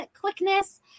quickness